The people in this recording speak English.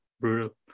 brutal